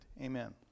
Amen